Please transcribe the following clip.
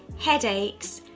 headaches,